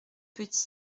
peut